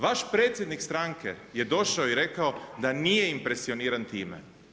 Vaš predsjednik stranke je došao i rekao da nije impresioniran time.